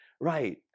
right